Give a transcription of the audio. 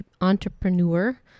entrepreneur